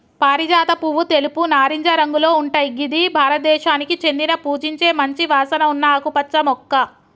పారిజాత పువ్వు తెలుపు, నారింజ రంగులో ఉంటయ్ గిది భారతదేశానికి చెందిన పూజించే మంచి వాసన ఉన్న ఆకుపచ్చ మొక్క